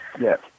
yes